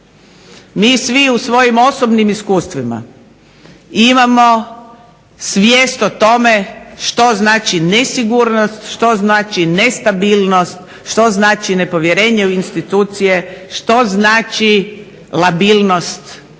Mi svi u svojim osobnim iskustvima imamo svijest o tome što znači nesigurnost, što znači nestabilnost, što znači nepovjerenje u institucije, što znači labilnost,